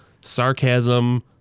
sarcasm